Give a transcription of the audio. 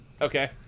Okay